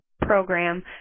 program